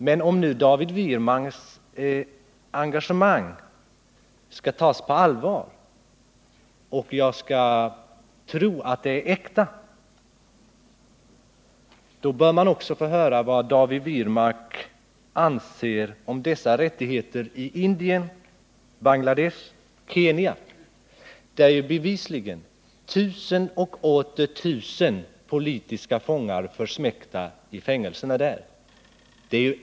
Men om nu David Wirmarks engagemang skall tas på allvar, bör man också få höra vad David Wirmark anser om dessa rättigheters existens i Indien, Bangladesh och Kenya, där bevisligen tusen och åter tusen politiska fångar försmäktar i fängelserna.